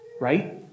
Right